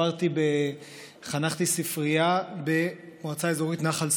חנכתי ספרייה במועצה אזורית נחל שורק.